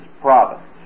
province